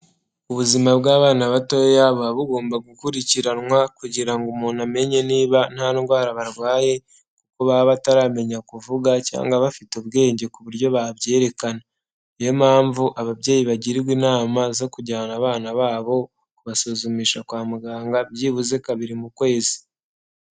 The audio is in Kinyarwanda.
Ubuzima bw'abana batoya buba bugomba gukurikiranwa kugira ngo umuntu amenye niba nta ndwara barwaye kuko baba bataramenya kuvuga cyangwa bafite ubwenge ku buryo babyerekana, ni yo mpamvu ababyeyi bagirwa inama zo kujyana abana babo kubasuzumisha kwa muganga byibuze kabiri mu kwezi.